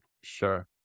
Sure